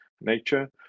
nature